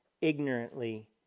ignorantly